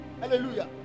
hallelujah